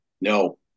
No